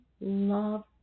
love